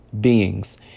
beings